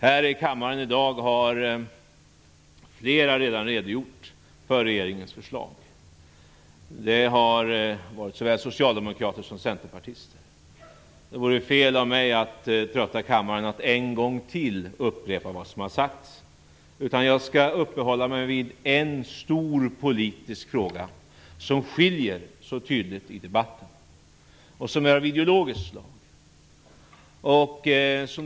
Här i kammaren i dag har flera - såväl socialdemokrater som centerpartister - redan redogjort för regeringens förslag. Det vore fel av mig att trötta kammaren med att ytterligare en gång upprepa vad som har sagts. Jag skall i stället uppehålla mig vid en stor politisk fråga som så tydligt skiljer i debatten och som är av ideologiskt slag.